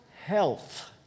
health